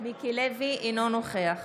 אינו נוכח